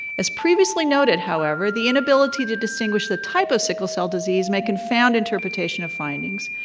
as previously noted, however, the inability to distinguish the type of sickle cell disease may confound interpretation of findings.